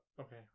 Okay